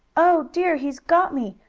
oh dear! he's got me!